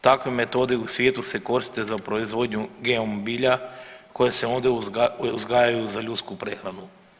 Takve metode u svijetu se koriste za proizvodnju GMO bilja koje se ondje uzgajaju za ljudsku prehranu.